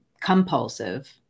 compulsive